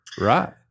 Right